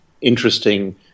interesting